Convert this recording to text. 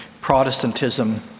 Protestantism